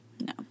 No